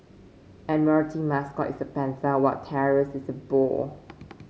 admiralty mascot is a panther while Taurus is a bull